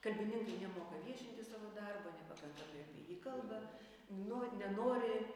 kalbininkai nemoka viešinti savo darbo nepakankamai apie jį kalba no nenori